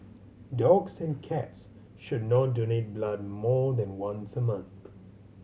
dogs and cats should not donate blood more than once a month